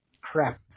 crap